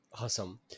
Awesome